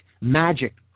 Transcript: magic